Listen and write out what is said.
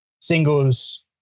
Singles